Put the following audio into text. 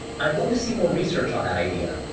i'd love to see more research on that idea.